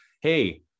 hey